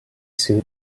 suit